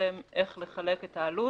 המפרסם איך לחלק את העלות.